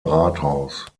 rathaus